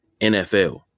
NFL